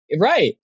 right